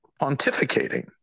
pontificating